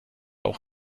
auch